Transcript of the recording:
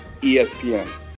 ESPN